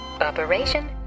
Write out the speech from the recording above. Operation